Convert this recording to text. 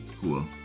cool